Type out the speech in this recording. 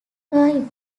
toe